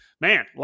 man